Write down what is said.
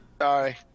sorry